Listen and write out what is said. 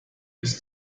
bis